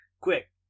Quick